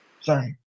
sorry